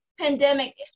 pandemic